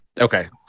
Okay